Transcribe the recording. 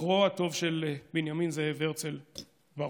זכרו הטוב של בנימין זאב הרצל ברוך.